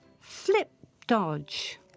Flip-dodge